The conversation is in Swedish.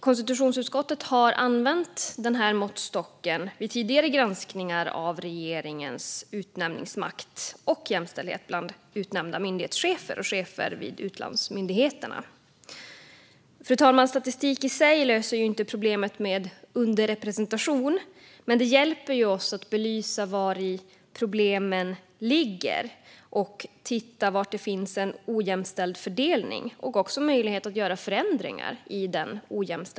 Konstitutionsutskottet har använt denna måttstock vid tidigare granskningar av regeringens utnämningsmakt och jämställdhet bland utnämnda myndighetschefer och chefer vid utlandsmyndigheterna. Fru talman! Statistik i sig löser inte problemet med underrepresentation, men det hjälper oss att belysa vari problemen ligger och titta på var det finns ojämställd fördelning och om det finns möjlighet att göra förändringar där.